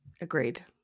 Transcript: Agreed